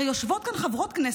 הרי יושבות כאן חברות כנסת,